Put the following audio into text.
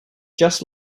just